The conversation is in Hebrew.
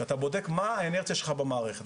שאתה בודק מה האינרציה שלך במערכת,